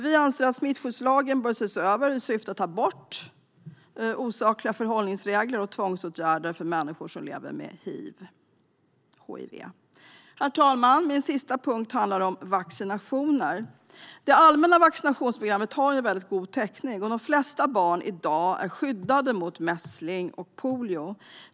Vi anser att smittskyddslagen bör ses över i syfte att ta bort osakliga förhållningsregler och tvångsåtgärder för människor som lever med hiv. Herr talman! Min sista punkt handlar om vaccinationer. Det allmänna vaccinationsprogrammet har god täckning, och de flesta barn är i dag skyddade mot exempelvis mässling och polio.